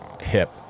hip